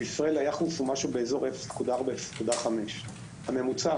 בישראל היחס הוא בסביבות 0.4 0.5. הממוצע